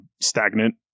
stagnant